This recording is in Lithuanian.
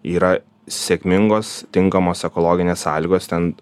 yra sėkmingos tinkamos ekologinės sąlygos ten